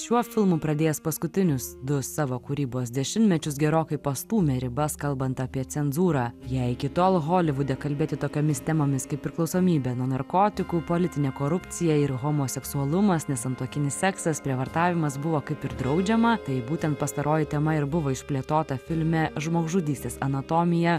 šiuo filmu pradėjęs paskutinius du savo kūrybos dešimtmečius gerokai pastūmė ribas kalbant apie cenzūrą jei iki tol holivude kalbėti tokiomis temomis kaip priklausomybė nuo narkotikų politinė korupcija ir homoseksualumas nesantuokinis seksas prievartavimas buvo kaip ir draudžiama tai būtent pastaroji tema ir buvo išplėtota filme žmogžudystės anatomija